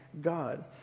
God